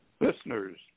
Listeners